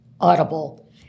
Audible